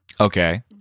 Okay